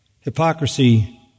hypocrisy